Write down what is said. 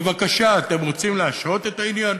בבקשה, אתם רוצים להשהות את העניין?